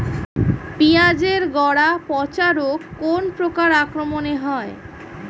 পিঁয়াজ এর গড়া পচা রোগ কোন পোকার আক্রমনে হয়?